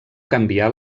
canviar